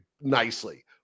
nicely